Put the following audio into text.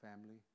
family